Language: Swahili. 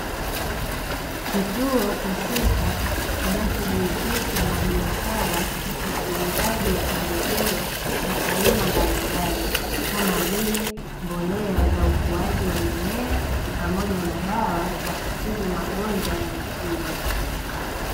Kituo husika kinachojihusisha na biashara ya uuzaji wa pembejeo za aina mbalimbali kama vile, mbolea za ukuaji wa mimea, pamoja na dawa za kutibu magonjwa ya mifugo.